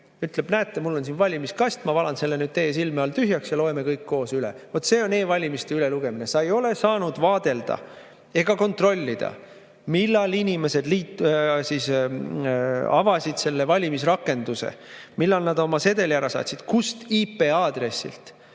ütleb, näete, mul on siin valimiskast, ma valan selle nüüd teie silme all tühjaks ja loeme kõik koos üle. Vot see on e-valimiste tulemuste ülelugemine. Sa ei ole saanud vaadelda ega kontrollida, millal inimesed avasid selle valimisrakenduse, millal nad oma sedeli ära saatsid, kust IP-aadressilt